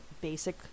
basic